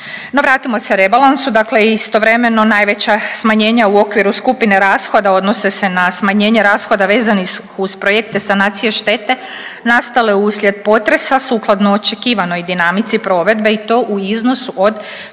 vratimo se rebalansu, dakle istovremeno najveća smanjenja u okviru skupine rashoda odnose se na smanjenje rashoda vezanih uz projekte sanacije štete nastale uslijed potresa sukladno očekivanoj dinamici provedbe i to u iznosu od